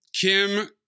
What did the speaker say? Kim